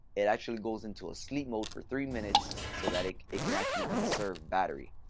it actually goes into a sleep mode for three minutes so that it it can actually conserve battery.